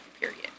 period